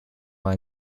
mal